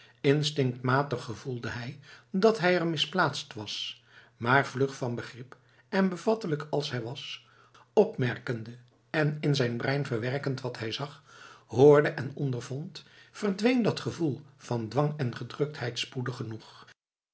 instinctmatig gevoelde hij dat hij er misplaatst was maar vlug van begrip en bevattelijk als hij was opmerkende en in zijn brein verwerkend wat hij zag hoorde en ondervond verdween dat gevoel van dwang en gedruktheid spoedig genoeg